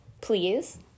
please